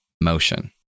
motion